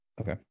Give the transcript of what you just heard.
Okay